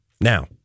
Now